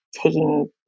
taking